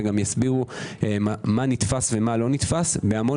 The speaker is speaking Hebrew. ויסבירו גם מה נתפס ומה לא נתפס בהמון